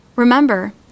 Remember